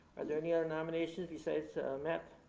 are there any other nominations besides matt?